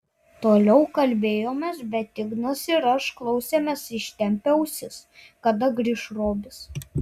toliau kalbėjomės bet ignas ir aš klausėmės ištempę ausis kada grįš robis